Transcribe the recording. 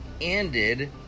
ended